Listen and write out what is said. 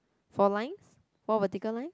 four lines four vertical lines